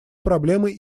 проблемой